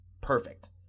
perfect